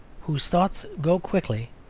whose thoughts go quickly,